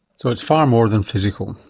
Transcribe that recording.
so it's far more than physical?